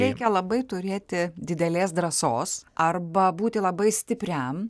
reikia labai turėti didelės drąsos arba būti labai stipriam